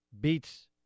beats